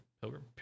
Pilgrim